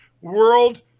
world